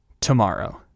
tomorrow